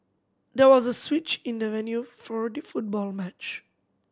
there was a switch in the venue for the football match